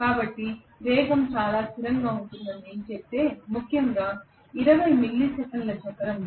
కాబట్టి వేగం చాలా స్థిరంగా ఉంటుందని నేను చెబితే ముఖ్యంగా 20 మిల్లీ సెకన్ల చక్రంలో